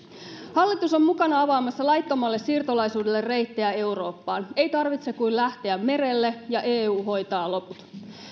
hallitus on mukana avaamassa laittomalle siirtolaisuudelle reittejä eurooppaan ei tarvitse kuin lähteä merelle ja eu hoitaa loput